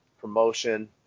promotion